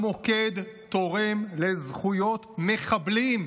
המוקד תורם לזכויות מחבלים,